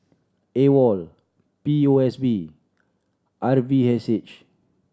AWOL P O S B R V S H